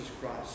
Christ